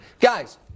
Guys